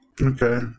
Okay